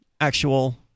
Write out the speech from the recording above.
actual